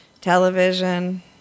television